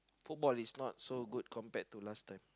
football is not so good compared to last time